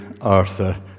Arthur